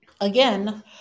again